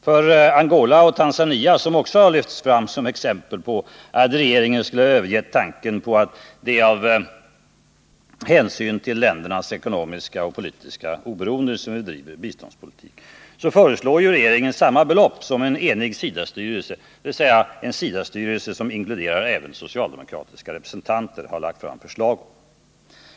För Angola och Tanzania — som också lyfts fram som exempel på att regeringen skulle ha övergivit tanken att u-ländernas ekonomiska och politiska oberoende är ett betydelsefullt mål för vår biståndspolitik — föreslår regeringen samma belopp som en enig SIDA-styrelse, inklusive de socialdemokratiska representanterna, lagt fram förslag om.